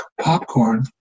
popcorn